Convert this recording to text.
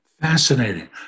Fascinating